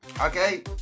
Okay